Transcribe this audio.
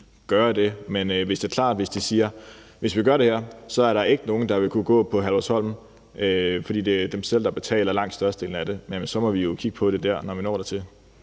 Men det er klart, at hvis de siger, at der ikke er nogen, der vil kunne gå på Herlufsholm, hvis vi gør det her, fordi det er dem selv, der betaler langt størstedelen af det, så må vi jo kigge på det, når vi når dertil.